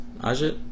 Ajit